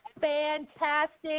fantastic